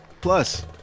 Plus